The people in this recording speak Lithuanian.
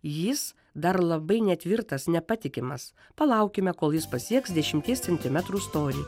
jis dar labai netvirtas nepatikimas palaukime kol jis pasieks dešimties centimetrų storį